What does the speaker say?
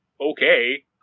okay